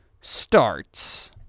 starts